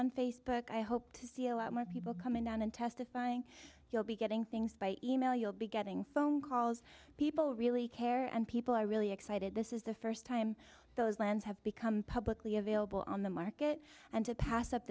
on facebook i hope to see a lot more people coming down and testifying you'll be getting things by e mail you'll be getting phone calls people really care and people are really excited this is the first time those lands have become publicly available on the market and to pass up